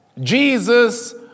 Jesus